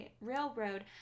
railroad